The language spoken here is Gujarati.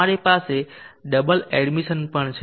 તમારી પાસે ડબલ એડમિશન પણ છે